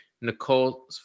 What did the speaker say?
Nicole